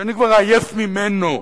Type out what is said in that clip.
שאני כבר עייף ממנו,